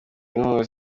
inkunga